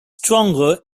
stronger